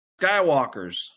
Skywalkers